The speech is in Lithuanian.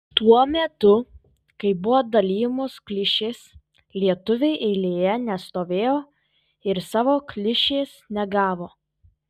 tuo metu kai buvo dalijamos klišės lietuviai eilėje nestovėjo ir savo klišės negavo